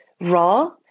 raw